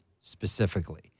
specifically